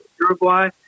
uruguay